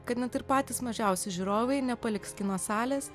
kad net ir patys mažiausi žiūrovai nepaliks kino salės